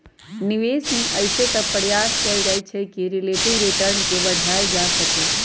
निवेश में अइसे तऽ प्रयास कएल जाइ छइ कि रिलेटिव रिटर्न के बढ़ायल जा सकइ